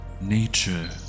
nature